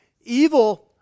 Evil